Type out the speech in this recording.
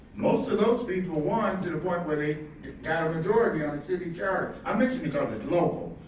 most of those people won, to the point where they got a majority on the city charter. i mentioned because it's local.